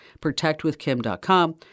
protectwithkim.com